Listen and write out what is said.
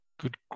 Good